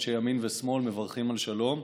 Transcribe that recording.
אנשי ימין ושמאל מברכים על שלום.